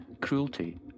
cruelty